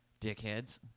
dickheads